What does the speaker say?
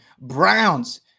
Browns